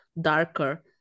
darker